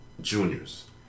Juniors